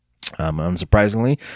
Unsurprisingly